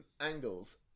angles